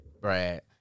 Brad